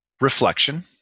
reflection